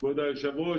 כבוד היושב-ראש,